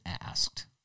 asked